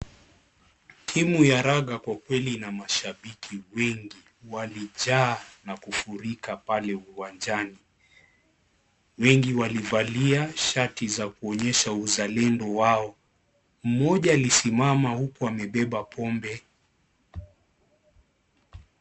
Timu ya raga kwa kweli ina mashabiki wengi, walijaa na kufurika pale uwanjani , wengi walivalia shati za kuonyesha uzalendo wao. Mmoja alisimama huku amebeba pombe.